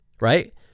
right